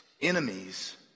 Enemies